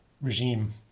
regime